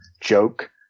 joke